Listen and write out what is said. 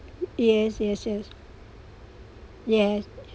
yes yes yes yes